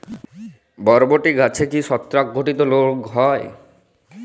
বরবটি গাছে কি ছত্রাক ঘটিত রোগ হয়?